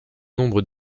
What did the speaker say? nombre